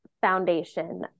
foundation